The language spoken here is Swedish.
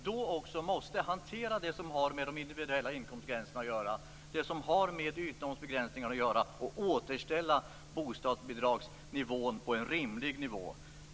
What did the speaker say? Översynen måste hantera frågan om de individuella inkomstgränserna och ytnormsbegränsningarna och återställa bostadsbidragsnivån till en rimlig nivå.